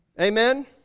Amen